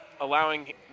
allowing